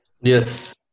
Yes